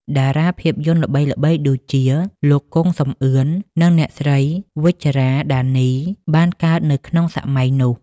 តារាភាពយន្តល្បីៗដូចជា លោក គង់ សំអឿន និងអ្នកស្រី វិជ្ជរា ដានី បានកើតនៅក្នុងសម័យនោះ។